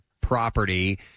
property